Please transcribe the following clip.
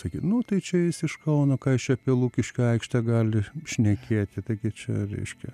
sakyt nu tai čia jis iš kauno ką jis čia apie lukiškių aikštę gali šnekėti taigi čia reiškia